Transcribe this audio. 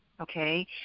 okay